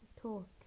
talk